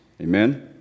Amen